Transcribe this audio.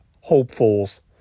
hopefuls